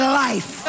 life